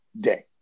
day